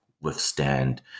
withstand